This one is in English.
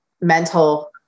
mental